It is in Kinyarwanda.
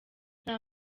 nta